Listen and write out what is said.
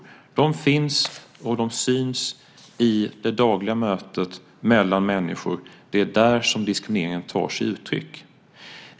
De finns och de syns i det dagliga mötet mellan människor. Det är där som diskrimineringen tar sig uttryck.